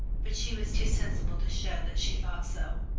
but she was too sensible to show that she thought so.